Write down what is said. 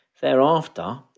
Thereafter